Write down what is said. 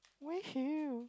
wear heel